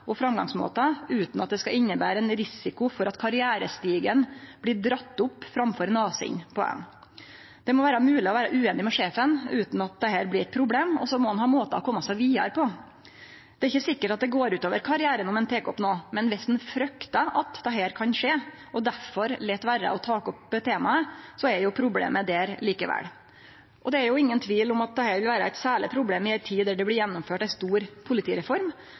og framgangsmåtar utan at det skal innebere ein risiko for at karrierestigen blir dratt opp framfor nasen på ein. Det må vere mogleg å vere ueinig med sjefen utan at dette blir eit problem, og så må ein ha måtar å kome seg vidare på. Det er ikkje sikkert at det går ut over karrieren om ein tek opp noko, men viss ein fryktar at dette kan skje og derfor lèt vere å ta opp temaet, er jo problemet der likevel. Det er ingen tvil om at dette vil vere eit særleg problem i ei tid då det blir gjennomført ei stor politireform,